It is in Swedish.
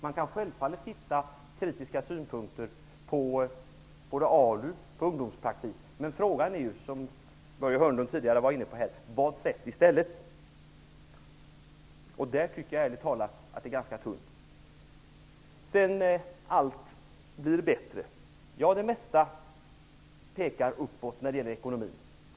Man kan självfallet ha kritiska synpunkter på både ALU och ungdomspraktik, men frågan är, som Börje Hörnlund tidigare var inne på: Vad sätts in i stället? Där tycker jag ärligt talat att det är ganska tunt. Allt blir bättre. Det mesta pekar uppåt när det gäller ekonomin.